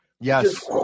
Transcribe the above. Yes